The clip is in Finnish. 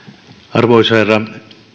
arvoisa herra